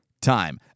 time